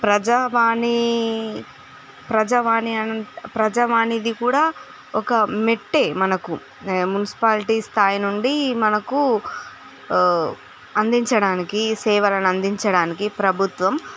ప్రజా వాణి ప్రజావాణి ప్రజావాణిది కూడా ఒక మెట్టే మనకు మ్యునిసిపాలిటీ స్థాయి నుండి మనకు ఆ అందించడానికి సేవలను అందించడానికి ప్రభుత్వం